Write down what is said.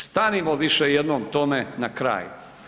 Stanimo više jednom tome na kraj.